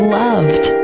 loved